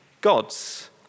gods